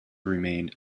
remained